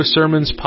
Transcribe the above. Sermons